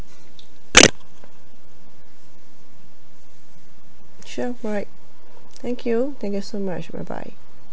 sure alright thank you thank you so much bye bye